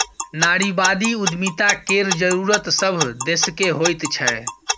नारीवादी उद्यमिता केर जरूरत सभ देशकेँ होइत छै